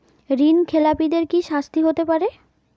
ঋণ খেলাপিদের কি শাস্তি হতে পারে?